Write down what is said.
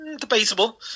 Debatable